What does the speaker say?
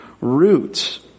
roots